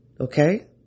Okay